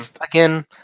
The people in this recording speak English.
Again